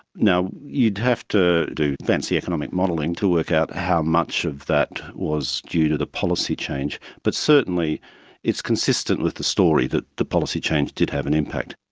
now, you'd have to do fancy economic modelling to work out how much of that was due to the policy change, but certainly it's consistent with the story that the policy change did have an impact.